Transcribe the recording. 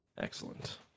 Excellent